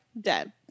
dead